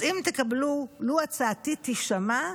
אז לו הצעתי תישמע,